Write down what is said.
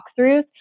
walkthroughs